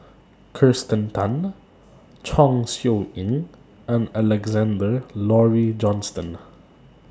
Kirsten Tan Chong Siew Ying and Alexander Laurie Johnston